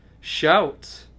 Shout